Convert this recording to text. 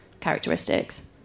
characteristics